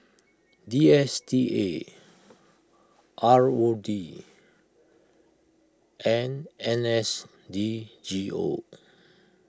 D S T A R O D and N S D G O